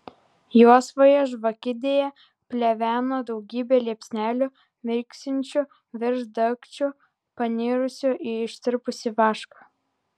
juosvoje žvakidėje pleveno daugybė liepsnelių mirksinčių virš dagčių panirusių į ištirpusį vašką